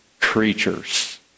creatures